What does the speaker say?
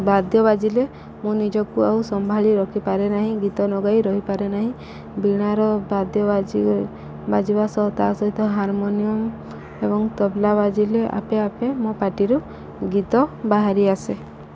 ବାଦ୍ୟ ବାଜିଲେ ମୁଁ ନିଜକୁ ଆଉ ସମ୍ଭାଳି ରଖିପାରେ ନାହିଁ ଗୀତ ନ ଗାଇ ରହିପାରେ ନାହିଁ ବିଣାର ବାଦ୍ୟ ବାଜି ବାଜିବା ସହ ତା ସହିତ ହାରମୋନିୟମ ଏବଂ ତବଲା ବାଜିଲେ ଆପେ ଆପେ ମୋ ପାଟିରୁ ଗୀତ ବାହାରି ଆସେ